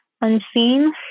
unseen